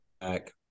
back